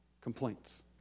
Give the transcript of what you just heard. Complaints